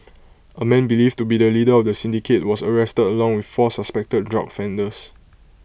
A man believed to be the leader of the syndicate was arrested along with four suspected drug offenders